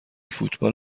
فوتبال